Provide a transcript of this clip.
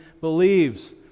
believes